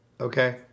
Okay